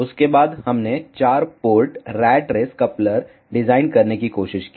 उसके बाद हमने 4 port rat race coupler design करने की कोशिश की